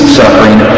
suffering